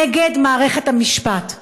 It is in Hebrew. נגד מערכת המשפט.